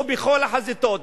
ובכל החזיתות,